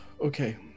okay